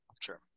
Sure